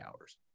hours